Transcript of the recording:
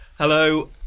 Hello